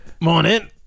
Morning